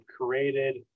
created